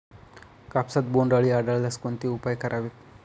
कापसात बोंडअळी आढळल्यास कोणते उपाय करावेत?